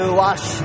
wash